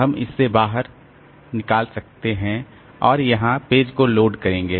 हम इससे बाहर निकाल सकते हैं और यहां पेज को लोड करेंगे